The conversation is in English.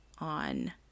on